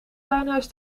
tuinhuis